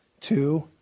Two